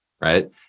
Right